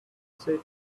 say